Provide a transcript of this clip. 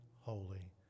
holy